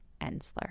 Ensler